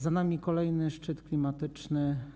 Za nami kolejny szczyt klimatyczny.